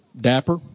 dapper